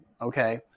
Okay